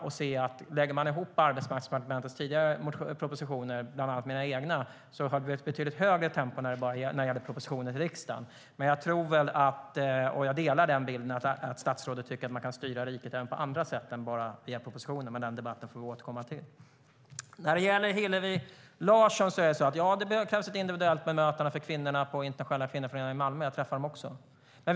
Om man lägger ihop Arbetsmarknadsdepartementets tidigare propositioner, bland annat mina egna, ser man att vi hade ett betydligt högre tempo när det gäller propositioner till riksdagen. Jag delar statsrådets uppfattning att man kan styra riket på andra sätt än bara via propositioner, men den debatten får vi återkomma till. Ja, Hillevi Larsson, det behövs kanske ett individuellt bemötande av kvinnorna på Internationella Kvinnoföreningen i Malmö. Jag har också träffat dem.